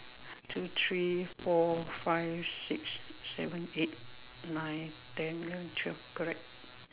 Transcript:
two three four five six seven eight nine ten eleven twelve correct